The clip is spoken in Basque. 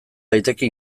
daiteke